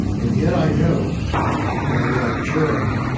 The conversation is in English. and yet, i know that like jeremy,